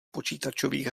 počítačových